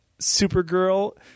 Supergirl